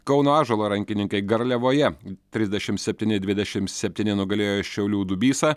kauno ąžuolo rankininkai garliavoje trisdešim septyni dvidešim septyni nugalėjo šiaulių dubysą